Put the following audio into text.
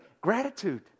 Gratitude